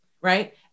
right